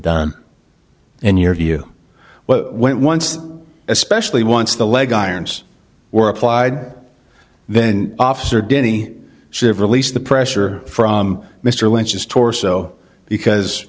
done in your view what went once especially once the leg irons were applied then officer denny siv released the pressure from mr lynch's torso because